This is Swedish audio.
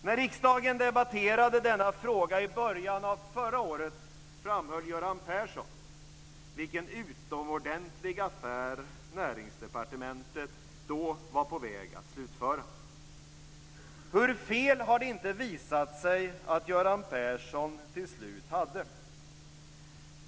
När riksdagen debatterade denna fråga i början av förra året framhöll Göran Persson vilken utomordentlig affär Näringsdepartementet då var på väg att slutföra. Hur fel har det inte visat sig att Göran Persson till slut hade!